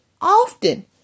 often